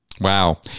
Wow